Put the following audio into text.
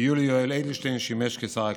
ויולי יואל אדלשטיין שימש שר הקליטה.